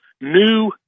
new